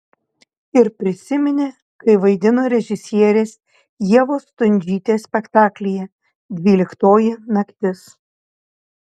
ir prisiminė kai vaidino režisierės ievos stundžytės spektaklyje dvyliktoji naktis